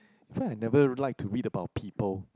feel like I never like to read about people